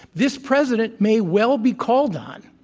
this president may well be called on,